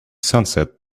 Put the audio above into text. sunset